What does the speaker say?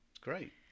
Great